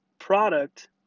product